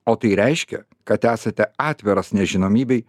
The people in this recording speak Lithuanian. o tai reiškia kad esate atviras nežinomybei